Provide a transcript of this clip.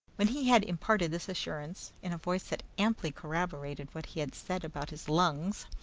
when he had imparted this assurance, in a voice that amply corroborated what he had said about his lungs,